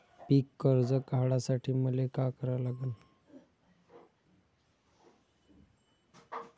पिक कर्ज काढासाठी मले का करा लागन?